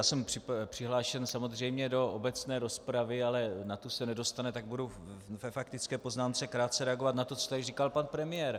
Jsem přihlášen samozřejmě do obecné rozpravy, ale na tu se nedostane, tak budu ve faktické poznámce krátce reagovat na to, co tady říkal pan premiér.